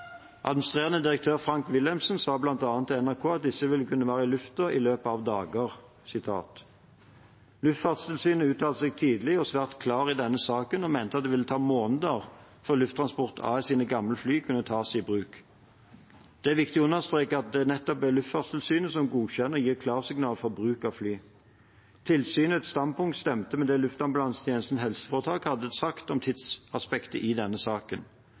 Administrerende direktør Frank Wilhelmsen sa bl.a. til NRK at disse ville kunne være «i lufta i løpet av dager». Luftfartstilsynet uttalte seg tidlig og svært klart i denne saken og mente at det ville ta måneder før Lufttransport AS sine gamle fly kunne tas i bruk. Det er viktig å understreke at det nettopp er Luftfartstilsynet som godkjenner og gir klarsignal for bruk av fly. Tilsynets standpunkt stemte med det Luftambulansetjenesten HF hadde sagt om tidsaspektet i denne saken.